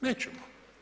Nećemo.